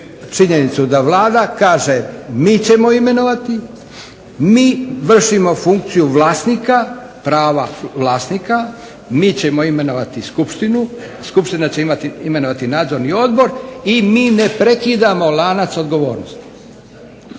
činjenicu da Vlada kaže mi ćemo imenovati, mi vršimo funkciju prava vlasnika, mi ćemo imenovati skupštinu, skupština će imenovati nadzorni odbor i mi ne prekidamo lanac odgovornosti.